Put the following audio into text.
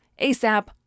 ASAP